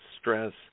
stress